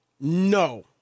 No